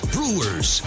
Brewers